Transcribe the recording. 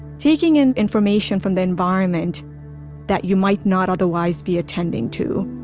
taking in information from the environment that you might not otherwise be attending to